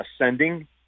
ascending